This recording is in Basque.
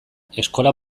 eskola